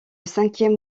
cinquième